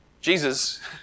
Jesus